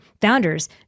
founders